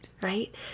right